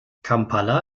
kampala